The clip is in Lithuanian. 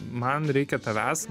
man reikia tavęs